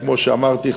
כמו שאמרתי,